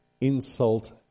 insult